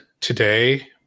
today